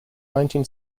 nineteen